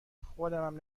خودمم